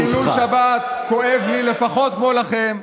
והרי חילול שבת כואב לי לפחות כמו לכם,